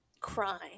crime